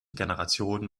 generation